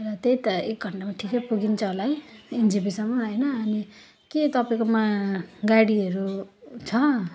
त्यही त एक घन्टामा ठिकै पुगिन्छ होला है एनजेपीसम्म होइन अनि के तपाईँकोमा गाडीहरू छ